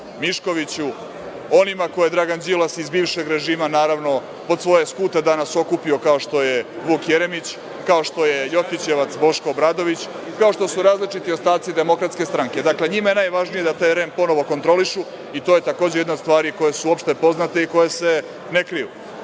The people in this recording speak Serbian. Miškoviću, onima koje je Dragan Đilas, iz bivšeg režima naravno, pod svoje skute danas okupio, kao što je Vuk Jeremić, kao što je Ljotićevac Boško Obradović, kao što su različiti ostaci DS. Dakle, njima je najvažnije da taj REM ponovo kontrolišu i to je, takođe, jedna od stvari koje su opšte poznate i koje se ne kriju. Oni